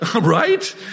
right